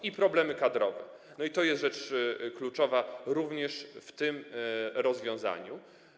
I problemy kadrowe, to jest rzecz kluczowa również w tym rozwiązaniu.